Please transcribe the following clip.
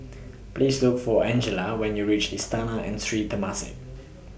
Please Look For Angelia when YOU REACH Istana and Sri Temasek